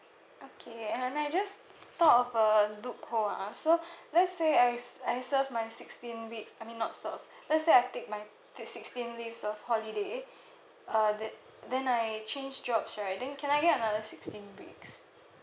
okay and I just thought of a loophole ah so let's say I s~ I serve my sixteen week I mean not serve let's say I take my the sixteen days of holiday uh the~ then I change jobs right then can I get another sixteen weeks